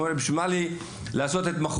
הוא אומר: בשביל מה לי לעשות התמחות?